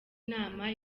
inama